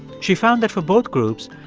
she found that for both groups,